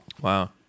Wow